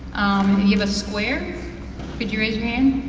and you you have a square could you raise your hand,